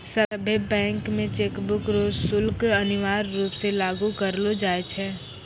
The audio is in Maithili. सभ्भे बैंक मे चेकबुक रो शुल्क अनिवार्य रूप से लागू करलो जाय छै